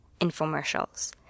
infomercials